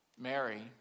Mary